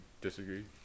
disagree